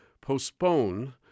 postpone